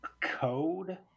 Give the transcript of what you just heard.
code